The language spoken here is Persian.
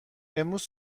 امروز